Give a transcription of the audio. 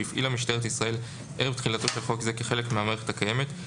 שהפעילה משטרת ישראל ערב תחילתו של חוק זה כחלק מהמערכת הקיימת,